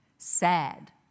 Sad